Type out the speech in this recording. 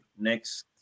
next